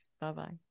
Bye-bye